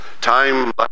Time